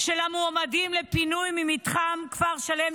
של המועמדים לפינוי ממתחם כפר שלם,